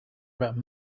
about